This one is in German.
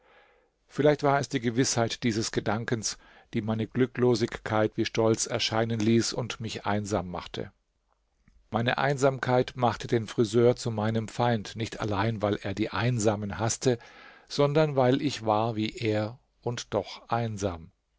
vielleicht war es die gewißheit dieses gedankens die meine glücklosigkeit wie stolz erscheinen ließ und mich einsam machte meine einsamkeit machte den friseur zu meinem feind nicht allein weil er die einsamen haßte sondern weil ich war wie er und doch einsam